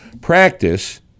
Practice